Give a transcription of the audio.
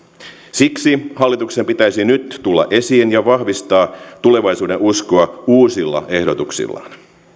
siksi hallituksen pitäisi nyt tulla esiin ja vahvistaa tulevaisuudenuskoa uusilla ehdotuksillaan